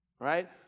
Right